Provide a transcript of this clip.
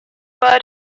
bird